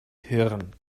hirn